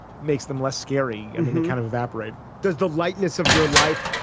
makes them less scary and kind of evaporate does the lightness of your life?